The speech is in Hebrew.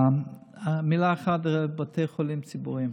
מילה אחת על בתי החולים הציבוריים: